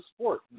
sport